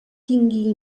tingui